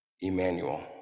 Emmanuel